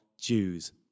Jews